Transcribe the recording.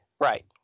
Right